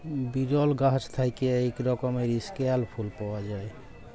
বিরল গাহাচ থ্যাইকে ইক রকমের ইস্কেয়াল ফুল পাউয়া যায়